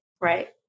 Right